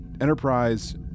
Enterprise